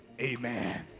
Amen